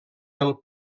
del